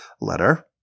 letter